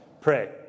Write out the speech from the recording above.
pray